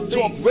Talk